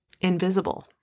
invisible